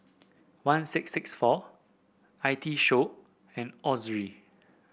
one six six four I T Show and Ozi